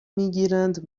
میگیرند